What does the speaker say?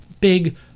big